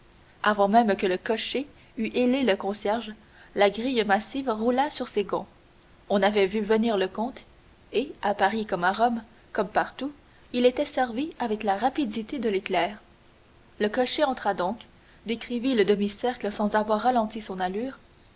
avant même que le cocher eût hélé le concierge la grille massive roula sur ses gonds on avait vu venir le comte et à paris comme à rome comme partout il était servi avec la rapidité de l'éclair le cocher entra donc décrivit le demi-cercle sans avoir ralenti son allure